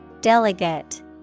Delegate